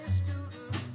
student